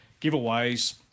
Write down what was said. giveaways